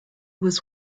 was